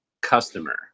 customer